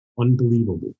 unbelievable